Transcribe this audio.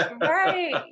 Right